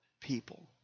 people